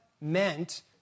meant